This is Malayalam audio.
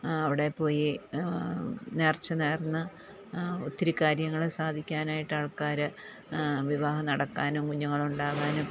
അവിടെ പോയി നേർച്ച നേർന്ന് ഒത്തിരി കാര്യങ്ങള് സാധിക്കാനായിട്ടാൾക്കാര് വിവാഹം നടക്കാനും കുഞ്ഞുങ്ങളുണ്ടാവാനും